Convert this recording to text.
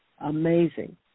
Amazing